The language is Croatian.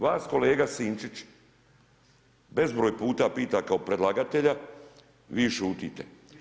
Vas kolega Sinčić bezbroj puta pita kao predlagatelja, vi šutite.